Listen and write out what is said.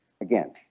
Again